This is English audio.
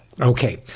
okay